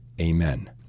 Amen